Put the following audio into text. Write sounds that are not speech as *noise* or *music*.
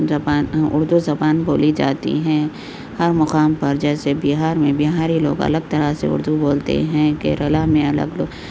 زبان اردو زبان بولی جاتی ہیں ہر مقام پر جیسے بہار میں بہاری لوگ الگ طرح سے اردو بولتے ہیں کیرالہ میں الگ *unintelligible*